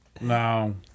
No